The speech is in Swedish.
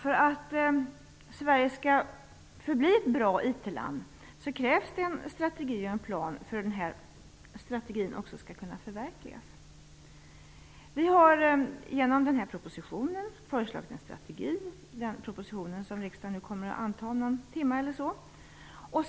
Om Sverige skall förbli ett bra IT land krävs det en strategi och en plan för att förverkliga det målet. Vi har genom den proposition som riksdagen kommer att anta föreslagit en strategi.